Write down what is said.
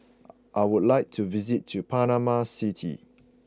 I would like to visit Panama City